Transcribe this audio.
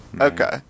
Okay